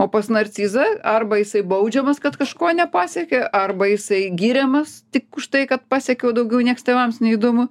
o pas narcizą arba jisai baudžiamas kad kažko nepasiekė arba jisai giriamas tik už tai kad pasiekiau daugiau nieks tėvams neįdomu